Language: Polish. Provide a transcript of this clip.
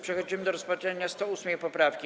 Przechodzimy do rozpatrzenia 108. poprawki.